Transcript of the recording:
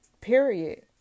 period